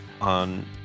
on